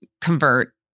convert